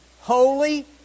holy